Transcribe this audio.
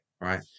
right